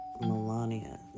Melania